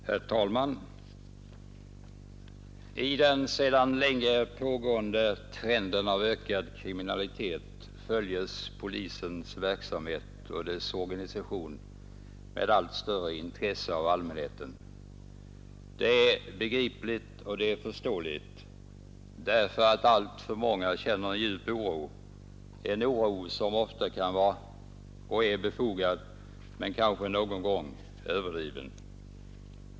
Herr talman! Med hänsyn till den sedan länge pågående trenden mot ökad kriminalitet följs polisens verksamhet och frågan om dess organisation med allt större intresse av allmänheten. Det är begripligt och förståeligt; alltför många känner en djup oro som ofta är eller kan vara befogad men kanske någon gång är överdriven.